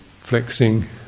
flexing